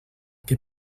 que